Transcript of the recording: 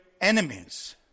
enemies